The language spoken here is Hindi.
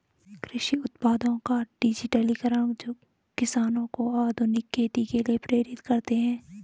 कृषि उत्पादों का डिजिटलीकरण जो किसानों को आधुनिक खेती के लिए प्रेरित करते है